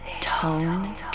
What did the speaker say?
Tone